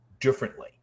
differently